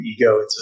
ego